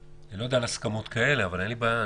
אני לא יודע על הסכמות כאלה, אבל אין לי בעיה.